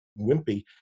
wimpy